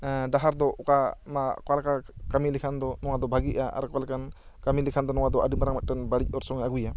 ᱰᱟᱦᱟᱨ ᱫᱚ ᱚᱠᱟ ᱞᱮᱠᱟ ᱠᱟᱹᱢᱤ ᱞᱮᱠᱷᱟᱱ ᱫᱚ ᱱᱚᱣᱟ ᱫᱚ ᱵᱷᱟᱹᱜᱤᱜᱼᱟ ᱱᱚᱣᱟ ᱫᱚ ᱠᱟᱹᱢᱤ ᱞᱮᱠᱷᱟᱱ ᱫᱚ ᱱᱚᱣᱟ ᱫᱚ ᱟᱹᱰᱤ ᱢᱟᱨᱟᱝ ᱢᱤᱫᱴᱮᱱ ᱵᱟᱹᱲᱤᱡ ᱚᱨᱥᱚᱝ ᱮ ᱟᱹᱜᱩᱭᱟ